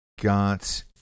got